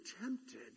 tempted